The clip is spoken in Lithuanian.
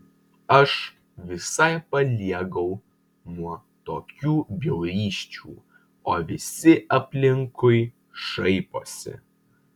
aš visai paliegau nuo tokių bjaurysčių o visi aplinkui šaiposi